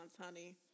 honey